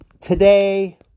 Today